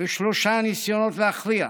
בשלושה ניסיונות להכריע,